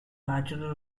bachelor